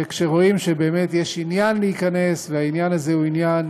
וכשרואים שיש עניין להיכנס, והעניין הזה הוא עניין